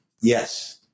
Yes